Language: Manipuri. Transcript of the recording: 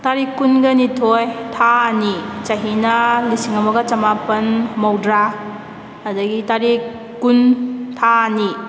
ꯇꯥꯔꯤꯛ ꯀꯨꯟꯒ ꯅꯤꯊꯣꯏ ꯊꯥ ꯑꯅꯤ ꯆꯍꯤꯅ ꯂꯤꯁꯤꯡ ꯑꯃꯒ ꯆꯃꯥꯄꯜ ꯃꯧꯗ꯭ꯔꯥ ꯑꯗꯨꯗꯒꯤ ꯇꯥꯔꯤꯛ ꯀꯨꯟ ꯊꯥ ꯑꯅꯤ